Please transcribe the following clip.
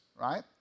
right